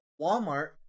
Walmart